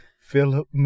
Philip